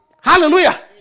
Hallelujah